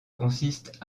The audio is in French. consiste